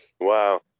Wow